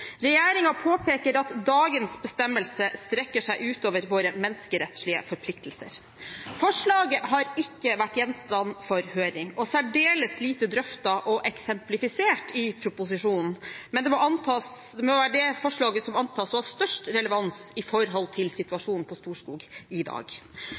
påpeker at dagens bestemmelse strekker seg utover våre menneskerettslige forpliktelser. Forslaget har ikke vært gjenstand for høring og er særdeles lite drøftet og eksemplifisert i proposisjonen, men det må være det forslaget som må antas å ha størst relevans for situasjonen på Storskog i dag.